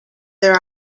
there